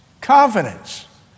confidence